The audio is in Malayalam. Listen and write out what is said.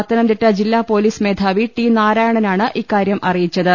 പത്തനംതിട്ട ജില്ലാ പൊലീസ് മേധാവി ടി നാരായണനാണ് ഇക്കാര്യം അറി യിച്ചത്